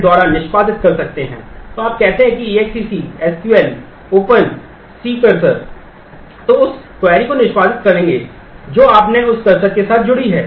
तो उस क्वेरी को निष्पादित करेंगे जो आपने उस कर्सर के साथ जुड़ी है